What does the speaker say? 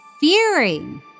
fearing